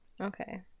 Okay